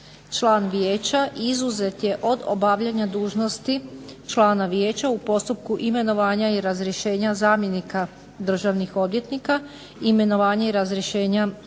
"član vijeća izuzet je od obavljanja dužnosti člana vijeća u postupku imenovanja i razrješenja zamjenika državnih odvjetnika, imenovanja i razrješenja županijskih